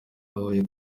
huye